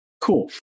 Cool